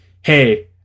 hey